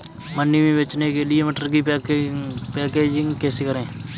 मंडी में बेचने के लिए मटर की पैकेजिंग कैसे करें?